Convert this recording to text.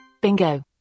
Bingo